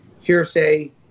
hearsay